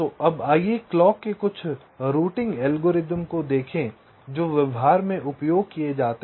तो अब आइए क्लॉक के कुछ राउटिंग एल्गोरिदम देखें जो व्यवहार में उपयोग किए जाते हैं